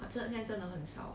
but 这真的很少